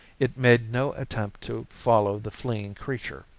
it made no attempt to follow the fleeing creature.